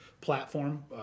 platform